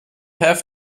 have